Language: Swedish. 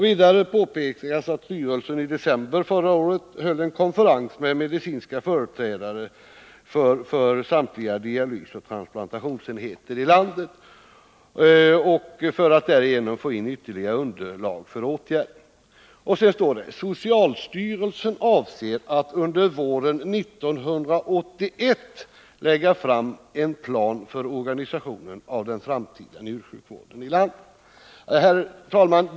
Vidare påpekar statsrådet att styrelsen i december förra året höll en konferens med bl.a. medicinska företrädare för samtliga dialysoch transplantationsenheter i landet för att därigenom få ytterligare underlag för åtgärder. Sedan står det i svaret: ”Socialstyrelsen avser att under våren 1981 lägga fram en plan för organisationen av den framtida njursjukvården i landet.” Herr talman!